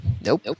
Nope